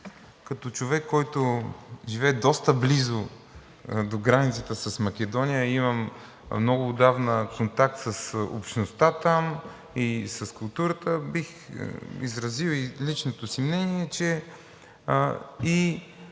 като човек, който живее доста близо до границата с Македония, имам много отдавна контакт с общността там и с културата. Бих изразил и личното си мнение, че